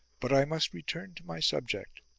but i must return to my subject.